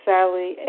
Sally